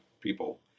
people